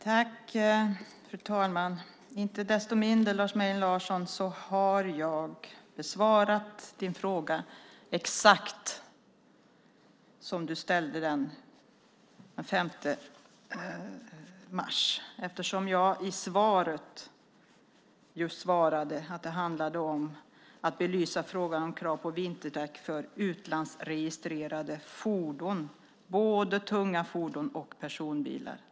Fru talman! Inte desto mindre, Lars Mejern Larsson, har jag besvarat exakt den fråga som du ställde den 5 mars. Jag sade i svaret att det handlar om att belysa frågan om krav på vinterdäck för utlandsregistrerade fordon, både tunga fordon och personbilar.